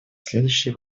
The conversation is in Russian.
следующие